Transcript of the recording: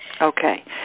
okay